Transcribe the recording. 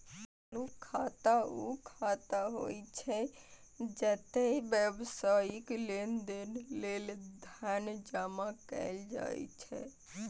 चालू खाता ऊ खाता होइ छै, जतय व्यावसायिक लेनदेन लेल धन जमा कैल जाइ छै